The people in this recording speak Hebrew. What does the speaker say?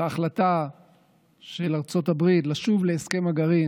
את ההחלטה של ארצות הברית לשוב להסכם הגרעין.